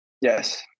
Yes